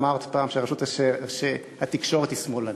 אמרת פעם שהתקשורת היא שמאלנית.